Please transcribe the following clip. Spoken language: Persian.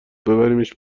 ببریمش